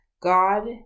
god